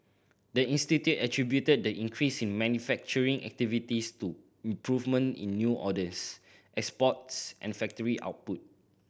the institute attributed the increase in manufacturing activities to improvement in new orders exports and factory output